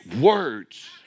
words